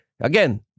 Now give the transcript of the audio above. Again